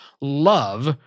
love